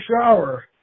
shower